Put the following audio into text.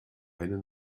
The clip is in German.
eine